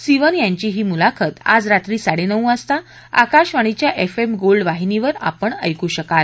सिवन यांची ही मुलाखत आज रात्री साडेनऊ वाजता आकाशवाणीच्या एफ एम गोल्ड वाहिनीवर आपण ऐकू शकाल